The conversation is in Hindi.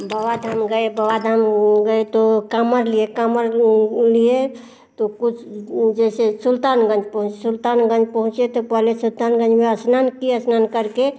बाबाधाम गए बाबाधाम गए तो काँवर लिए कामर लिए तो कुछ जैसे सुल्तानगंज सुल्तानगंज पहुँचे तो पहले सुल्तानगंज में स्नान किए स्नान करके